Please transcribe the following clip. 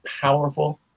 powerful